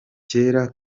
cyera